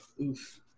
Oof